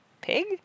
Pig